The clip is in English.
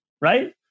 Right